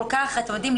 אתם יודעם,